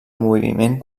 moviment